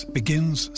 begins